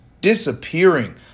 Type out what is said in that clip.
disappearing